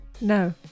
No